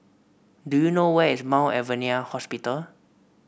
do you know where is Mount Alvernia Hospital